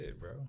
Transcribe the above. bro